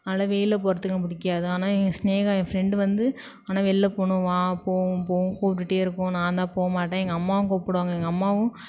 அதனால் வெயில்ல போகிறத்துக்கு எனக்கு பிடிக்காது ஆனால் என் ஸ்னேகா என் ஃப்ரெண்டு வந்து ஆனால் வெள்யில போகணும் வா போவோம் போவோம் கூப்பிட்டுட்டே இருக்கும் நாந்தான் போகமாட்டேன் எங்கள் அம்மாவும் கூப்பிடுவாங்க எங்கள் அம்மாவும்